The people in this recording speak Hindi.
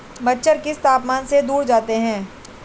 मच्छर किस तापमान से दूर जाते हैं?